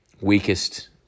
weakest